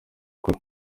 kure